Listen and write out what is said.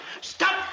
Stop